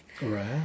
Right